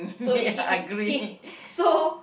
so it it it it so